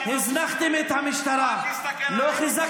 הלכו